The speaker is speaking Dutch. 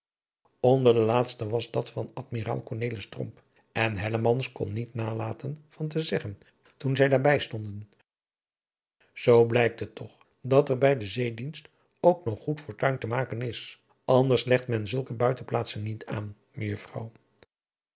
onder de laatste was dat van den admiraal cornelis tromp en hellemans kon niet nalaten van te zeggen toen zij daar bij stonden zoo blijkt het toch dat er bij den zeedienst ook nog goed fortuin te maken is anders legt men zulke buitenplaatsen niet aan